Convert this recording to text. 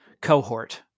cohort